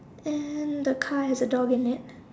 and the car has a dog in it